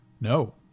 No